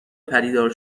پدیدار